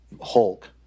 Hulk